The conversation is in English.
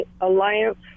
Alliance